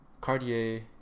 Cartier